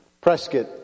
Prescott